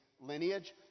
lineage